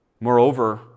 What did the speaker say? Moreover